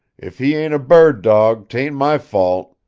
if he ain't a bird dawg, tain't my fault.